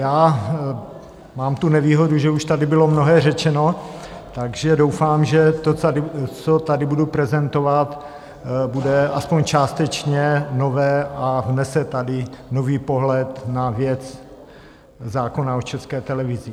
Já mám tu nevýhodu, že už tady bylo mnohé řečeno, takže doufám, že to, co tady budu prezentovat, bude aspoň částečně nové a vnese tady nový pohled na věc zákona o České televizi.